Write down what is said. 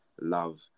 love